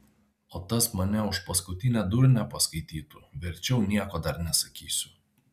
o tas mane už paskutinę durnę paskaitytų verčiau nieko dar nesakysiu